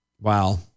Wow